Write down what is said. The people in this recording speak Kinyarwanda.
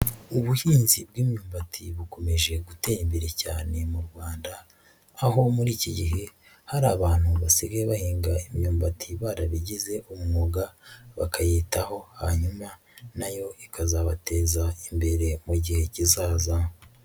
Ubuhinzi bw'imyumbati bukomeje gutera imbere cyane mu Rwanda, aho muri iki gihe hari abantu basigaye bahinga imyumbati barabigize umwuga, bakayitaho hanyuma na yo ikazabateza imbere mu gihe kizaza.